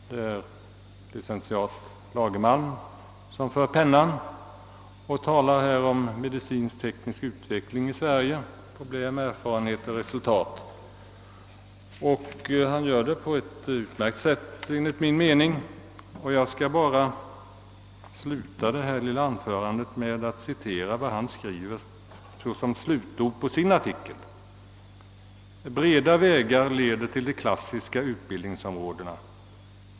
Det är licentiat Gösta Lagermalm som där för pennan. Han skriver om »Medicinskteknisk utveckling i Sverige — problem, erfarenhet och resultat», och han gör det på ett utmärkt sätt enligt min mening. Jag skall sluta mitt anförande med att citera slutorden i hans artikel: »Breda vägar leder till de ”klassiska” utbildningsområdena.